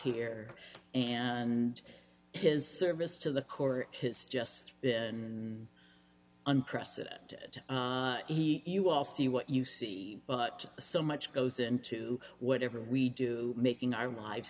here and his service to the court has just been unprecedented you all see what you see what so much goes into whatever we do making our lives